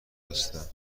هستم